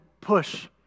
push